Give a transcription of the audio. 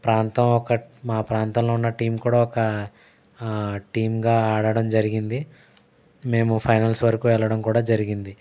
ప్రాంతం ఒకటి మా ప్రాంతంలో ఉన్న టీమ్ కూడా ఒక టీమ్గా ఆడటం జరిగింది మేము ఫైనల్స్ వరకు కూడా వెళ్ళడం కూడా జరిగింది